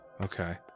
Okay